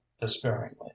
despairingly